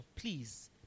Please